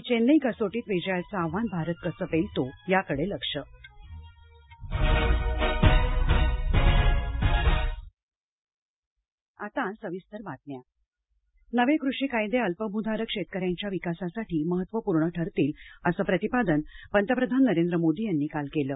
चेन्नई कसोटीत विजयाचं आव्हान भारत कसं पेलतो याकडे लक्ष पंतप्रधान राज्यसभा नवे कृषी कायदे अल्पभूधारक शेतकऱ्यांच्या विकासासाठी महत्त्वपूर्ण ठरतील असं प्रतिपादन पंतप्रधान नरेंद्र मोदी यांनी काल केलं